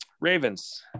Ravens